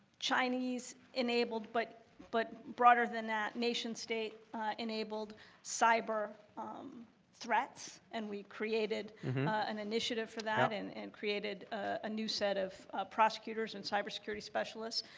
chinese enabled, but but broader than that nation-state enabled cyber um threats, and we created an initiative for that, and and created a new set of prosecutors, and cyber security specialists.